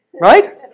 Right